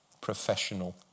professional